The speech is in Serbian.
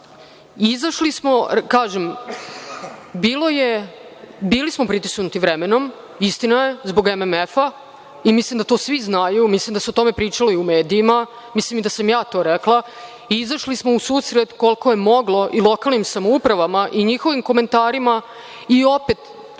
trenutku. Izašli smo, bili smo pritisnuti vremenom, istina je, zbog MMF i mislim da to svi znaju. Mislim da se o tome pričalo i u medijima. Mislim da sam i ja to rekla. Izašli smo u susret koliko je moglo i lokalnim samoupravama i njihovim komentarima i opet